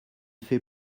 fait